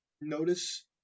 Notice